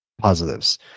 positives